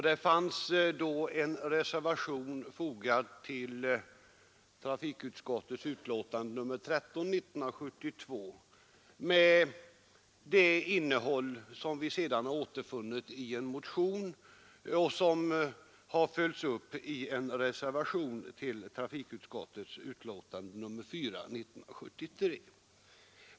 Det fanns en reservation fogad till trafikutskottets betänkande nr 13 år 1972 med det innehåll som vi sedan har återfunnit i en motion, vilket har följts upp i en reservation till trafikutskottets betänkande nr 4 år 1973.